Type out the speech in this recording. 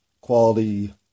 quality